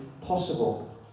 possible